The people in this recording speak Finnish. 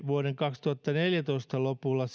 vuoden kaksituhattaneljätoista lopulla